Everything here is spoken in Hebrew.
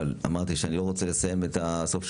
אבל אמרתי שאני לא רוצה לסיים את הסוף-שבוע,